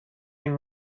این